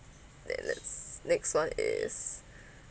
like let's next one is